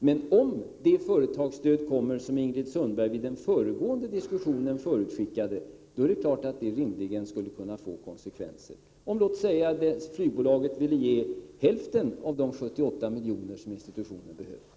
Men om det företagsstöd kommer som Ingrid Sundberg i den föregående diskussionen förutskickade, skulle det rimligen kunna få konsekvenser, t.ex. om flygbolaget ville stå för hälften av de 78 milj.kr. som institutionen behöver.